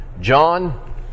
John